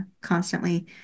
constantly